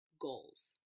goals